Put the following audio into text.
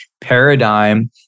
paradigm